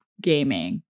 gaming